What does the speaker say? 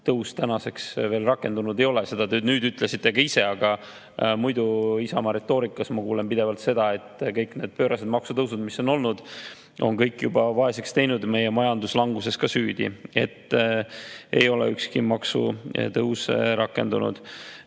tänaseks veel rakendunud ei ole. Seda te nüüd ütlesite ka ise, aga muidu Isamaa retoorikas ma kuulen pidevalt, et kõik need pöörased maksutõusud, mis on olnud, on kõik juba vaeseks teinud ja on meie majanduslanguses ka süüdi. Ei ole ükski maksutõus rakendunud. Nüüd,